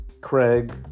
Craig